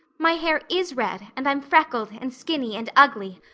my hair is red and i'm freckled and skinny and ugly.